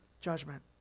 judgment